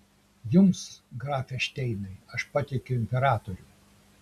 jums grafe šteinai aš patikiu imperatorių